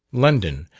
london,